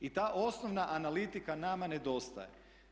I ta osnovna analitika nama nedostaje.